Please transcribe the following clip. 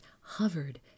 hovered